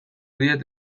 diet